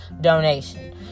donation